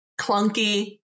clunky